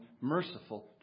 merciful